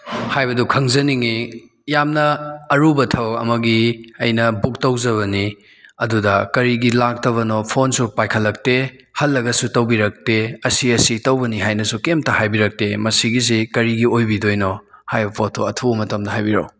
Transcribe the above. ꯍꯥꯏꯕꯗꯨ ꯈꯪꯖꯅꯤꯡꯉꯤ ꯌꯥꯝꯅ ꯑꯔꯨꯕ ꯊꯕꯛ ꯑꯃꯒꯤ ꯑꯩꯅ ꯕꯨꯛ ꯇꯧꯖꯕꯅꯤ ꯑꯗꯨꯗ ꯀꯔꯤꯒꯤ ꯂꯥꯛꯇꯕꯅꯣ ꯐꯣꯟꯁꯨ ꯄꯥꯏꯈꯠꯂꯛꯇꯦ ꯍꯜꯂꯒꯁꯨ ꯇꯧꯕꯤꯔꯛꯇꯦ ꯑꯁꯤ ꯑꯁꯤ ꯇꯧꯕꯅꯤ ꯍꯥꯏꯅꯁꯨ ꯀꯩꯝꯇ ꯍꯥꯏꯕꯤꯔꯛꯇꯦ ꯃꯁꯤꯒꯤꯁꯤ ꯀꯔꯤꯒꯤ ꯑꯣꯏꯕꯤꯗꯣꯏꯅꯣ ꯍꯥꯏꯕ ꯄꯣꯠꯇꯣ ꯑꯊꯨꯕ ꯃꯇꯝꯗ ꯍꯥꯏꯕꯤꯔꯛꯎ